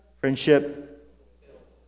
Friendship